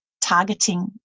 targeting